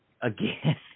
again